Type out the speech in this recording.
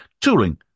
tooling